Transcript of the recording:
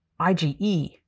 IgE